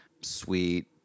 sweet